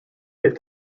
hit